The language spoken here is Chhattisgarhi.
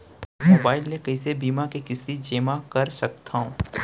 मोबाइल ले कइसे बीमा के किस्ती जेमा कर सकथव?